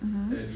mmhmm